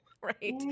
right